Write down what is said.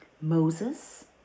Moses